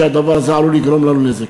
שהדבר הזה עלול לגרום לנו נזק.